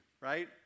right